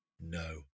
no